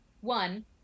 one